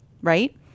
right